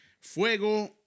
Fuego